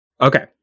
Okay